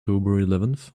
eleventh